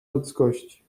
ludzkości